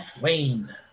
Wayne